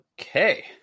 Okay